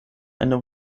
eine